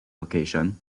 location